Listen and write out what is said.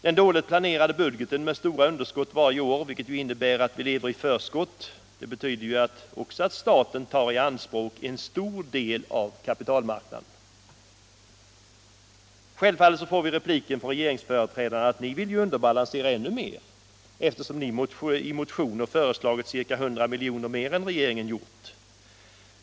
Den dåligt planerade budgeten med stora underskott varje år, som innebär att vi lever i förskott, betyder ju också att staten tar i anspråk en stor del av kapitalmarknaden. Självfallet får vi repliken från regeringsföreträdarna att ni vill ju underbalansera ännu mera, eftersom ni i motioner föreslagit ca 100 miljoner mera än regeringen gjort.